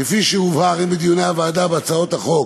כפי שהובהר הן בדיוני הוועדה בהצעת החוק